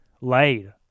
laid